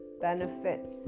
benefits